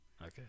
okay